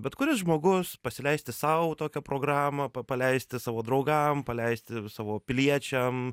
bet kuris žmogus pasileisti sau tokią programą paleisti savo draugam paleisti savo piliečiam